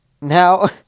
Now